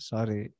Sorry